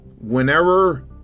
whenever